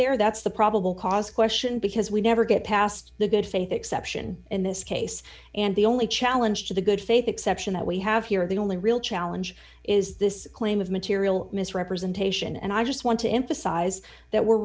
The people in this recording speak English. there that's the probable cause question because we never get past the good faith exception in this case and the only challenge to the good faith exception that we have here the only real challenge is this claim of material misrepresentation and i just want to emphasize that we're